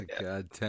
god